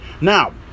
now